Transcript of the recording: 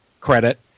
credit